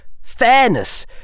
fairness